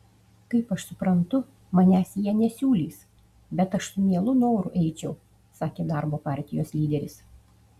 kaip aš suprantu manęs jie nesiūlys bet aš su mielu noru eičiau sakė darbo partijos lyderis